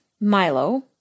milo